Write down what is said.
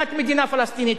להקמת מדינה פלסטינית.